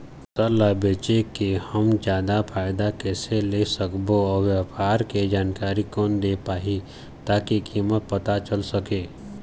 फसल ला बेचे के हम जादा फायदा कैसे ले सकबो अउ व्यापार के जानकारी कोन दे पाही ताकि कीमत पता चल सके?